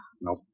Nope